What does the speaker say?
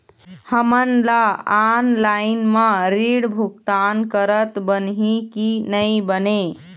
हमन ला ऑनलाइन म ऋण भुगतान करत बनही की नई बने?